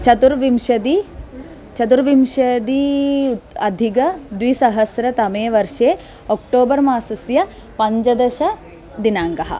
चतुर्विंशतिः चतुर्विंशति अधिकद्विसहस्रतमे वर्षे अक्टोबर् मासस्य पञ्चदश दिनाङ्कः